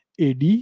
AD